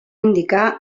indicar